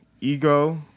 ego